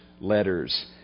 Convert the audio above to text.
letters